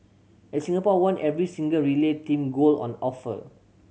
and Singapore won every single relay team gold on offer